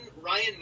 Ryan